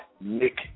Nick